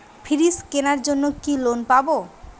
Fridge কেনার জন্য কি লোন পাব?